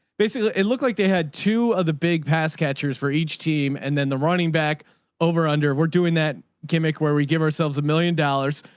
basically it looked like they had to have ah the big pass catchers for each team. and then the running back over under we're doing that gimmick where we give ourselves a million dollars,